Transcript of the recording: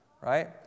Right